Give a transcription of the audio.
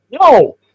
No